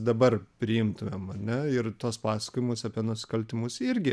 dabar priimtumėm ane ir tuos pasakojimus apie nusikaltimus irgi